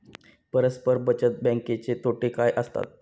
परस्पर बचत बँकेचे तोटे काय असतात?